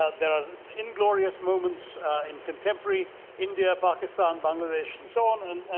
ah there are inglorious moments in contemporary india. pakistan. bangladesh and so on.